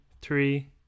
three